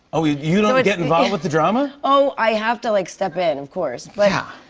oh, you you don't get involved with the drama? oh, i have to, like, step in, of course, but yeah.